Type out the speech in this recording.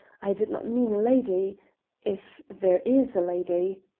i did not mean a lady if there is a lady.